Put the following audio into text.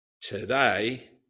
today